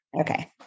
Okay